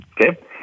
Okay